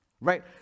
Right